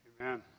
amen